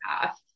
path